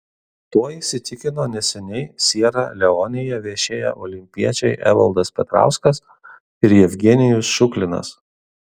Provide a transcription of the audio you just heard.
tuo įsitikino neseniai siera leonėje viešėję olimpiečiai evaldas petrauskas ir jevgenijus šuklinas